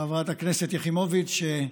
חברת הכנסת יחימוביץ' סליחה.